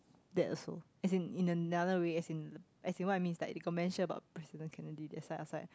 that also as in in another way as in as in what I mean is like they got mention about President-Kennedy that's why I was like